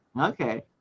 okay